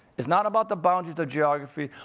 is not about the boundaries of geography,